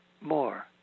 more